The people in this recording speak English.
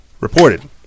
reported